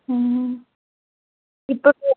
ఇప్పుడు